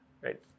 Right